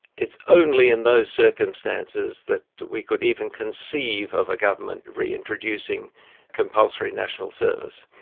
it's only in those circumstances that we could even conceive of a government reintroducing compulsory national service.